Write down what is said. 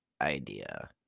idea